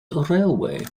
railway